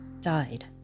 died